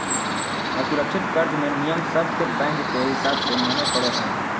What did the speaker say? असुरक्षित कर्ज मे नियम सब के बैंक के हिसाब से माने पड़ो हय